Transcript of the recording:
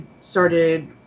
started